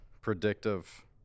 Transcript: predictive